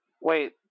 wait